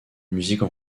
musique